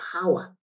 power